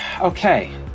Okay